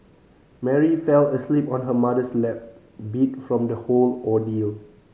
Mary fell asleep on her mother's lap beat from the whole ordeal